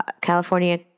California